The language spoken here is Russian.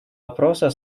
вопроса